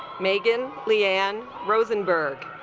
megan lee ann rosenberg